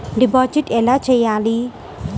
Deposit ఎలా చెయ్యాలి?